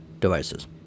devices